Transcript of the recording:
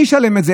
מי ישלם את זה?